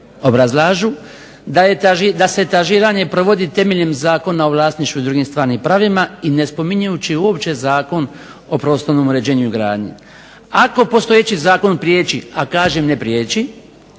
obrazlažu da se etažiranje provodi temeljem Zakona o vlasništvu i drugim stvarnim pravima, i ne spominjujući uopće zakon o prostornom uređenju i gradnji. Ako postojeći zakon prijeći a kažem ne prijeći,